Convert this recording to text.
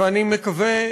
ואני מקווה,